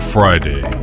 Friday